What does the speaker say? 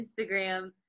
Instagram